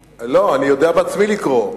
לא, אני יודע לקרוא בעצמי.